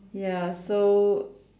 ya so